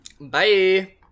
Bye